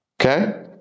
Okay